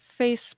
Facebook